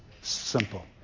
Simple